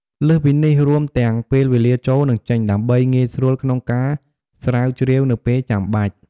លើសពីនេះ រួមទាំងពេលវេលាចូល និងចេញ ដើម្បីងាយស្រួលក្នុងការស្រាវជ្រាវនៅពេលចាំបាច់។